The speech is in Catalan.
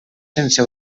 sense